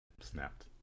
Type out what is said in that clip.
Snapped